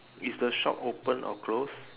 is the shop open or close